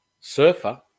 Surfer